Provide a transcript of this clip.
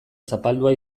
zapaldua